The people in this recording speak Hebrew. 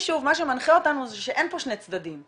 מה שמנחה אותנו זה שאין פה שני צדדים.